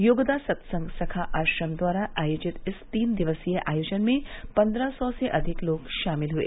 योगदा सत्संग सखा आश्रम द्वारा आयोजित इस तीन दिवसीय आयोजन में पन्द्रह सौ से अधिक लोग शामिल हुए